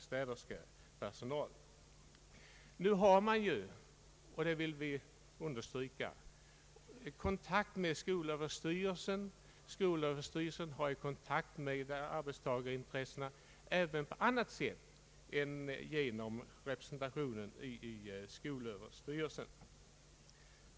Skolöverstyrelsen har för övrigt, vilket jag vill understryka, kontakt med arbetstagarintressena även på annat sätt än genom arbetsmarknadsparternas representation i skolöverstyrelsens styrelse.